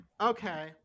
Okay